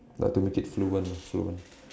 like to make it fluent lah fluent